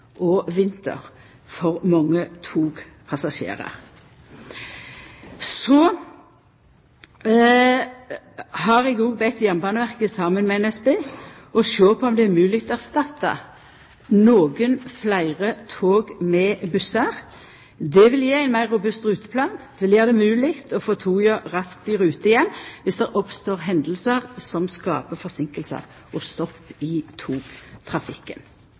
og vinter for mange togpassasjerar. Så har eg òg bedt Jernbaneverket saman med NSB å sjå på om det er mogleg å erstatta nokre fleire tog med bussar. Det vil gje ein meir robust ruteplan, og det vil gjera det mogleg å få toga raskt i rute igjen dersom det oppstår hendingar som skaper forseinkingar og stopp i togtrafikken.